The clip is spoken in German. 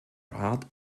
rat